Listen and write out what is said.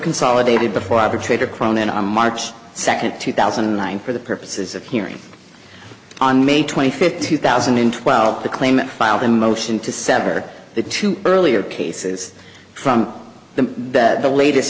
consolidated before arbitrator crown on march second two thousand and nine for the purposes of hearing on may twenty fifth two thousand and twelve the claimant filed a motion to sever the two earlier cases from the bed the latest